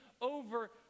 over